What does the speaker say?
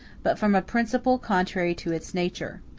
but from a principle contrary to its nature.